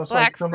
Black